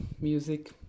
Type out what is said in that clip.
music